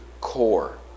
core